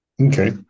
Okay